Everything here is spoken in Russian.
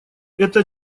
это